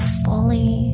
fully